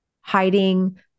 hiding